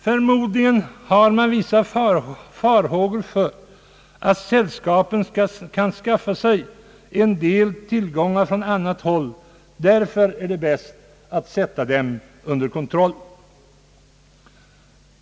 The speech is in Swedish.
Förmodligen hyser man vissa farhågor för att sällskapen kan skaffa sig tillgångar från annat håll, och därför är det bäst att sätta dem under kontroll.